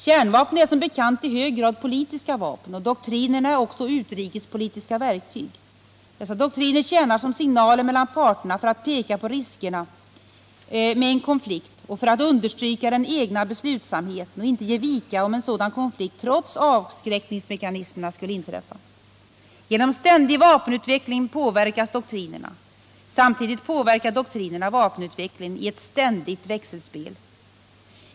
Kärnvapnen är som bekant i hög grad politiska vapen, och doktrinerna är också utrikespolitiska verktyg. Dessa doktriner tjänar som signaler mellan parterna för att peka på riskerna med en konflikt och för att understryka den egna beslutsamheten att inte ge vika om en sådan konflikt trots avskräckningsmekanismerna skulle inträffa. Genom ständig vapenutveckling påverkas doktrinerna. Samtidigt påverkar doktrinerna vapenutvecklingen i ett ständigt växelspel.